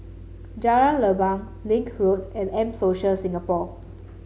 Jalan Leban Link Road and M Social Singapore